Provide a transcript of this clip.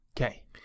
okay